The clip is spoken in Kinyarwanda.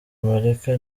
amerika